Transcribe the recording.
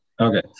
Okay